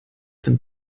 dem